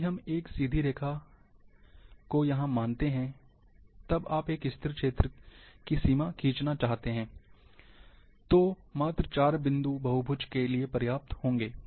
यदि यह एक सीधी रेखा है मान लीजिए कि आप एक स्थिर क्षेत्र की सीमा खींचना चाहते हैं तो मात्र 4 बिंदु बहुभुज के लिए पर्याप्त होंगे